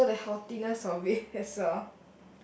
also the healthiness of it as well